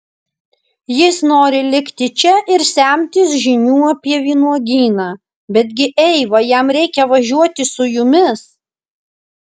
jis nori likti čia ir semtis žinių apie vynuogyną betgi eiva jam reikia važiuoti su jumis